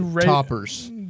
Toppers